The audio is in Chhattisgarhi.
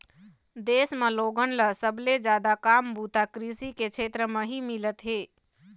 देश म लोगन ल सबले जादा काम बूता कृषि के छेत्र म ही मिलत हे